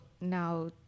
now